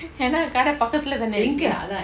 ஏனா கட பக்கத்துல தான இருக்கு:yena kada pakathula thana iruku